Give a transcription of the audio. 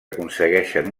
aconsegueixen